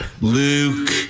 Luke